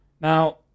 Now